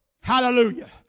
Hallelujah